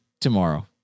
tomorrow